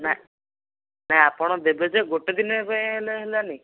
ନାଇ ନାଇ ଆପଣ ଦେବେଯେ ଗୋଟେ ଦିନେ ପାଇଁ ହେଲେ ହେଲାନି